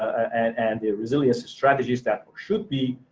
and and resilience strategies that should be